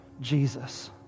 Jesus